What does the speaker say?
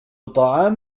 طعام